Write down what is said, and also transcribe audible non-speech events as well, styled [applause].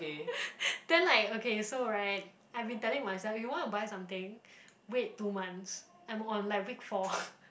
[laughs] then like okay so right I've been telling myself if you want to buy something wait two months I am on like week four [laughs]